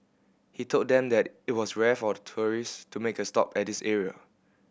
he told them that it was rare for tourist to make a stop at this area